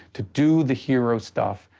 to do the hero stuff,